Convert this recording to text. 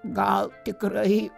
gal tikrai